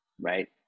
right